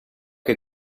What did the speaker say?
che